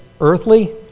earthly